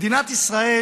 מדינת ישראל